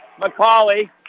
McCauley